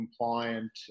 compliant